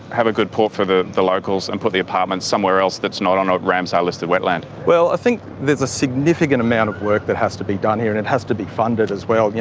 have a good port for the the locals and put the apartment somewhere else that's not on a ramsar listed wetland? well i think there's a significant amount of work that has to be done here and it has to be funded as well. yeah